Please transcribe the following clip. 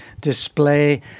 display